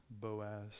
Boaz